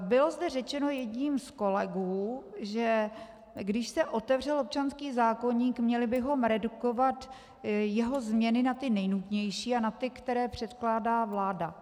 Bylo zde řečeno jedním z kolegů, že když se otevře občanský zákoník, měli bychom redukovat jeho změny na nejnutnější a na ty, které předkládá vláda.